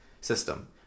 system